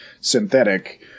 synthetic